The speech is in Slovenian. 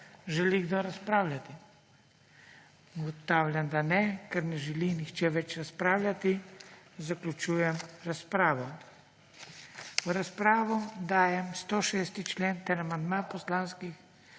V razpravo dajem 113. člen ter amandma poslanskih